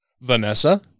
Vanessa